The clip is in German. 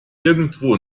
irgendwo